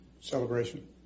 celebration